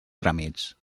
tràmits